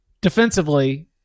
defensively